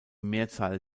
mehrzahl